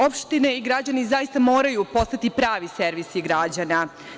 Opštine i građani zaista moraju postati pravi servis građana.